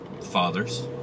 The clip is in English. fathers